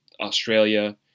Australia